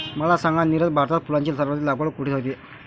मला सांगा नीरज, भारतात फुलांची सर्वाधिक लागवड कुठे होते?